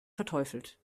verteufelt